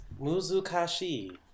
Muzukashi